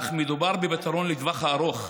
אך מדובר בפתרון לטווח הארוך.